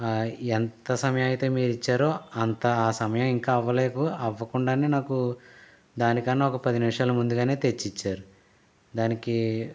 ఎంత సమయం అయితే మీరు ఇచ్చారో అంతా ఆ సమయం ఇంకా అవ్వలేదు అవ్వకుండానే నాకు దానికన్నా ఒక పది నిమిషాలు ముందుగానే తెచ్చి ఇచ్చారు దానికి